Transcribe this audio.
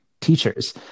teachers